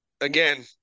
again